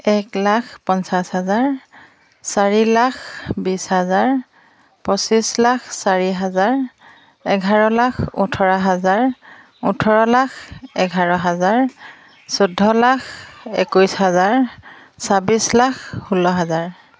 এক লাখ পঞ্চাছ হাজাৰ চাৰি লাখ বিছ হাজাৰ পঁচিছ লাখ চাৰি হাজাৰ এঘাৰ লাখ ওঠৰ হাজাৰ ওঠৰ লাখ এঘাৰ হাজাৰ চৈধ্য লাখ একৈছ হাজাৰ ছাব্বিছ লাখ ষোল্ল হাজাৰ